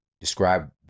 Describe